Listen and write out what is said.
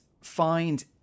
find